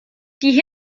die